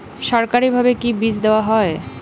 সরকারিভাবে কি বীজ দেওয়া হয়?